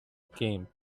came